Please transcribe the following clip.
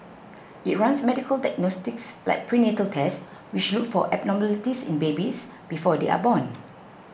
it runs medical diagnostics like prenatal tests which look for abnormalities in babies before they are born